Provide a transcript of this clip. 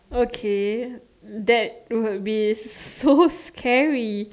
okay that would be so scary